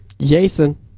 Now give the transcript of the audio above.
Jason